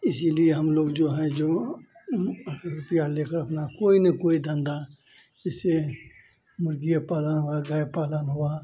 इसीलिए हमलोग जो है जो रुपया लेकर अपना कोई न कोई धन्धा इसे मुर्गिए पालन हुआ गाय पालन हुआ